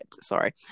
Sorry